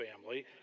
family